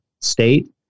state